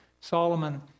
Solomon